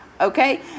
Okay